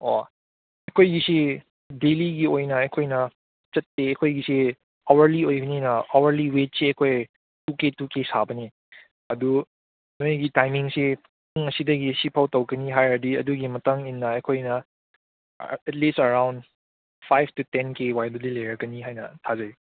ꯑꯣ ꯑꯩꯈꯣꯏꯒꯤꯁꯤ ꯗꯦꯂꯤꯒꯤ ꯑꯣꯏꯅ ꯑꯩꯈꯣꯏꯅ ꯆꯠꯇꯦ ꯑꯩꯈꯣꯏꯒꯤꯁꯦ ꯑꯋꯥꯔꯂꯤ ꯑꯣꯏꯕꯅꯤꯅ ꯑꯋꯥꯔꯂꯤ ꯋꯦꯠꯁꯦ ꯑꯩꯈꯣꯏ ꯇꯨ ꯀꯦ ꯇꯨ ꯀꯦ ꯁꯥꯕꯅꯤ ꯑꯗꯨ ꯅꯣꯏꯒꯤ ꯇꯥꯏꯃꯤꯡꯁꯦ ꯄꯨꯡ ꯑꯁꯤꯗꯒꯤ ꯁꯤ ꯐꯥꯎ ꯇꯧꯒꯅꯤ ꯍꯥꯏꯔꯗꯤ ꯑꯗꯨꯒꯤ ꯃꯇꯨꯡ ꯏꯟꯅ ꯑꯩꯈꯣꯏꯅ at least around five to ten K ꯋꯥꯏꯗꯗꯤ ꯂꯩꯔꯛꯀꯅꯤ ꯍꯥꯏꯟ ꯊꯥꯖꯩ